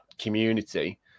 community